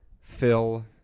Phil